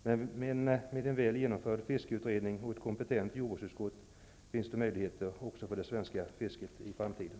Men med en väl genomförd fiskeutredning och ett kompetent jordbruksutskott finns det möjligheter också för det svenska fisket i framtiden.